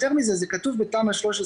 יותר מזה, זה כתוב בתמ"א 9/13,